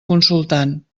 consultant